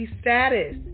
status